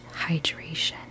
hydration